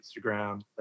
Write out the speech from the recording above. Instagram